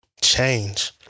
change